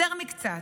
יותר מקצת.